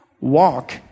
walk